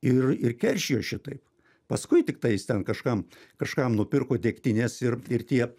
ir ir keršijo šitaip paskui tiktai jis ten kažkam kažkam nupirko degtinės ir ir tie